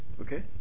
Okay